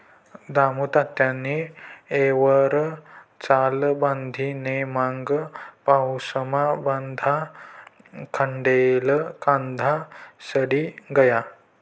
दामुतात्यानी येयवर चाळ बांधी नै मंग पाऊसमा बठा खांडेल कांदा सडी गया